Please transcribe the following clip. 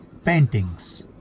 paintings